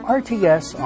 rts